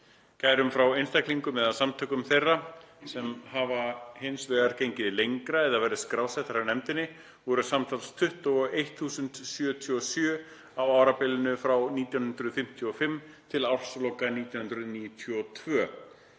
Kærur frá einstaklingum eða samtökum þeirra, sem hafa hins vegar gengið lengra og verið skrásettar hjá nefndinni, voru samtals 21.077 á árabilinu frá 1955 til ársloka 1992.